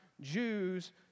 Jews